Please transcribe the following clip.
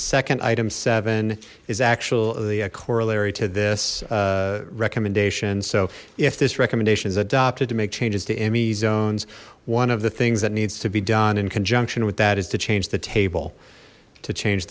second item seven is actually a corollary to this recommendation so if this recommendation is adopted to make changes to emmys zones one of the things that needs to be done in conjunction with that is to change the table to change